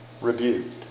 rebuked